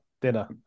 dinner